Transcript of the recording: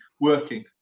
working